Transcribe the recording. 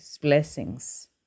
blessings